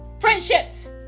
friendships